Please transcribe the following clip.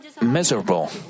miserable